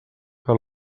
que